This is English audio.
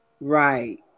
Right